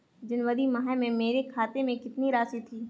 जनवरी माह में मेरे खाते में कितनी राशि थी?